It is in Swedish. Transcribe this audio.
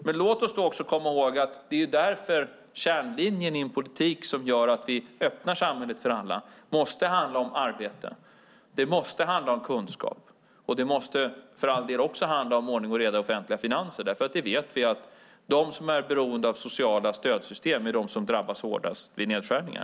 Men låt oss också komma ihåg att det är därför kärnlinjen i en politik som gör att vi öppnar samhället för alla måste handla om arbete. Det måste handla om kunskap, och måste för all del också handla om ordning och reda i offentliga finanser. Vi vet ju att de som är beroende av sociala stödsystem är de som drabbas hårdast vid nedskärningar.